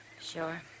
Sure